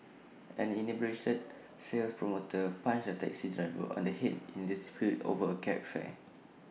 an inebriated sales promoter punched A taxi driver on the Head in A dispute over cab fare